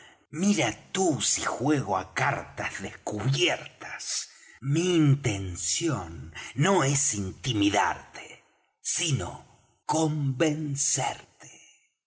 mira tú si juego á cartas descubiertas mi intención no es intimidarte sino convencerte